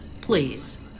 Please